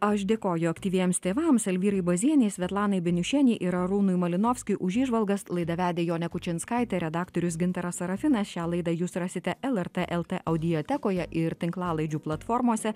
aš dėkoju aktyviems tėvams elvyrai bazienei svetlanai beniušienei ir arūnui malinovskiui už įžvalgas laidą vedė jonė kučinskaitė redaktorius gintaras sarafinas šią laidą jūs rasite lrt el t audiotekoje ir tinklalaidžių platformose